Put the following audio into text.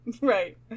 Right